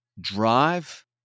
drive